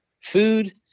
food